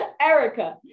Erica